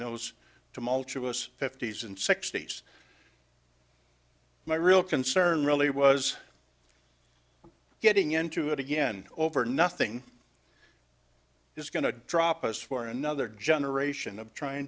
us fifty's and sixty's my real concern really was getting into it again over nothing is going to drop us for another generation of trying